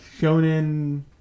Shonen